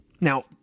Now